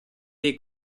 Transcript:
dei